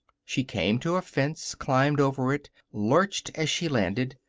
she came to a fence, climbed over it, lurched as she landed,